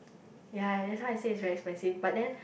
ya that's why I say it's very expensive but then